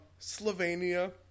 Slovenia